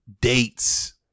dates